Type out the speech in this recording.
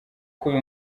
k’uyu